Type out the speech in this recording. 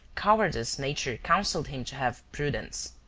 cowardous nature counselled him to have prudence.